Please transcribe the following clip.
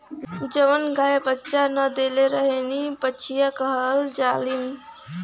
जवन गाय बच्चा न देले रहेली बछिया कहल जाली